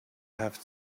have